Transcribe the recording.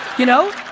you know?